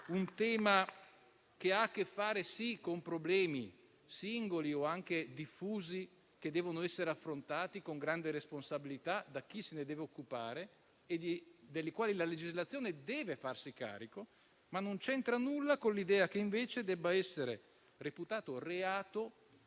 un tema che ha, sì, a che fare con problemi, singoli o anche diffusi, che devono essere affrontati con grande responsabilità da chi se ne deve occupare, e di cui la legislazione deve farsi carico, ma che non c'entra nulla con l'idea che invece debba essere reputato reato